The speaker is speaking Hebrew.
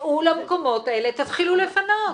צאו למקומות האלה תתחילו לפנות.